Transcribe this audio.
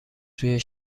توی